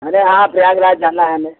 अरे हाँ प्रयागराज जाना है हमें